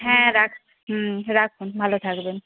হ্যাঁ রাখ রাখুন ভালো থাকবেন